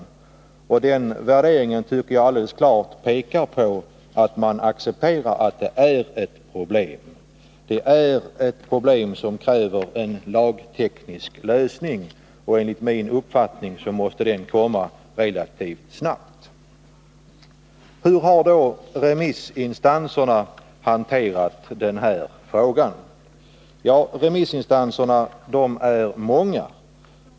Den värderingen tycker jag klart pekar på att man accepterar att det är ett problem som kräver en lagteknisk lösning. Enligt min uppfattning måste den komma relativt snabbt. Hur har då remissinstanserna hanterat den här frågan? Ja, remissinstanserna är många.